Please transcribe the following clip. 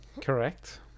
Correct